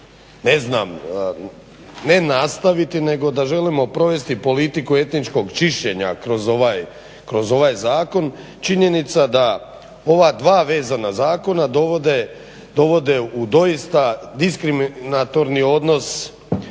ne znam ne nastaviti nego da želimo provesti politiku etničkog čišćenja kroz ovaj zakon, činjenica da ova dva vezana zakona dovode u doista diskriminatorni odnos